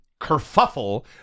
kerfuffle